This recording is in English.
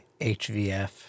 HVF